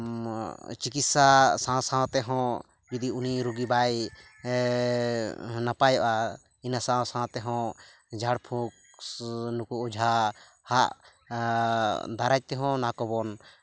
ᱪᱤᱠᱤᱛᱥᱟ ᱥᱟᱶ ᱥᱟᱶ ᱛᱮᱦᱚᱸ ᱦᱩᱫᱤ ᱩᱱᱤ ᱨᱩᱜᱤ ᱵᱟᱭ ᱱᱟᱯᱟᱭᱚᱜᱼᱟ ᱤᱱᱟᱹ ᱥᱟᱶ ᱥᱟᱶ ᱛᱮᱦᱚᱸ ᱡᱷᱟᱲ ᱯᱷᱩᱸᱠ ᱱᱩᱠᱩ ᱚᱡᱷᱟᱼᱟᱜ ᱫᱟᱨᱟᱭ ᱛᱮᱦᱚᱸ ᱚᱱᱟᱠᱚᱵᱚᱱ